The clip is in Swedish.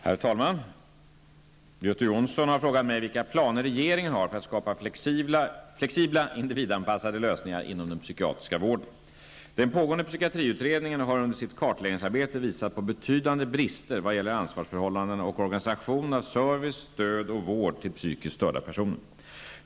Herr talman! Göte Jonsson har frågat mig vilka planer regeringen har för att skapa flexibla, individanpassade lösningar inom den psykiatriska vården. har under sitt kartläggningsarbete visat på betydande brister vad gäller ansvarsförhållanden och organisation av service, stöd och vård till psykiskt störda personer.